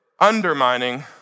undermining